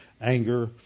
anger